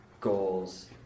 goals